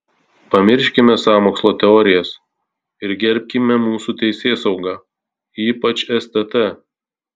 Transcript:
pamirškime sąmokslo teorijas ir gerbkime mūsų teisėsaugą ypač stt